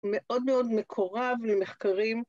‫מאוד מאוד מקורב למחקרים.